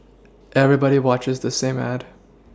everybody watches the same ad